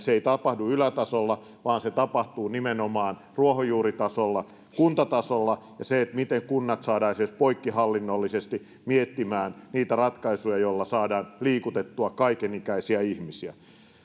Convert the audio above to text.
ei tapahdu ylätasolla vaan se tapahtuu nimenomaan ruohonjuuritasolla kuntatasolla ja miten kunnat saadaan edes poikkihallinnollisesti miettimään niitä ratkaisuja joilla saadaan liikutettua kaikenikäisiä ihmisiä